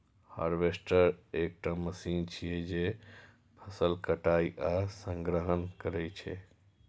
harvester एकटा machine छियै, जे फसलक कटाइ आ संग्रहण करै छै